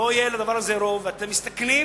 לא יהיה לדבר הזה רוב, ואתם מסתכנים,